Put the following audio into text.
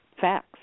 facts